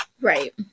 right